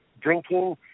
Drinking